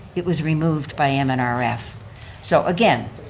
it was removed by um and um mnrf. so again,